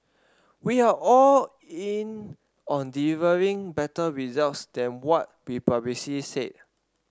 we are all in on delivering better results than what we publicly said